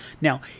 Now